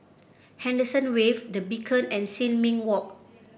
Henderson Wave The Beacon and Sin Ming Walk